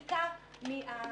שלא רצו שהפיגוע יתרחש --- הבנו,